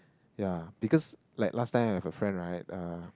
yeah because like last time I have a friend right uh